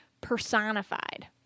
personified